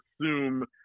assume